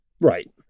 right